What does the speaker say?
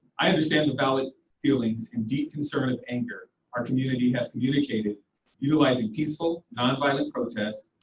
i understand the valid feelings and deep concern of anger our community has communicated utilizing peaceful, nonviolent protests,